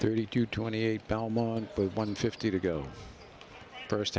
thirty two twenty eight belmont one fifty to go the first